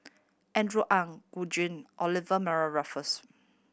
Andrew Ang Gu Juan Olivia Mariamne Raffles